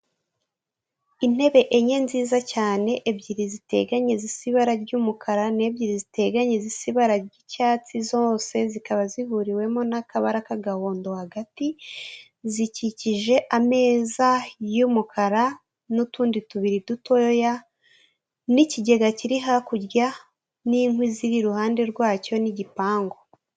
Intebe enye nziza cyane, ebyiri ziteganye zisa ibara ry'umukara, n'ebyiri ziteganye zisa ibara ry'icyatsi, zose zikaba zihuriwemo n'akabara k'agahondo hagati, zikikije ameza y'umukara, n'utundi tubiri dutoya, n'ikigega kiri hakurya, n'inkwi ziri iruhande rwacyo, n'igipangu.